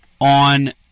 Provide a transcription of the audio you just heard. On